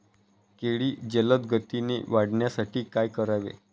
केळी जलदगतीने वाढण्यासाठी काय करावे?